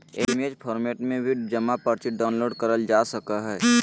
image format में भी जमा पर्ची डाउनलोड करल जा सकय हय